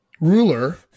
ruler